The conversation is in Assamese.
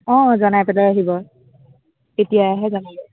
অঁ জনাই পেলাই আহিব কেতিয়া আহে জনাব